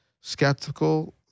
skeptical